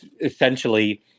essentially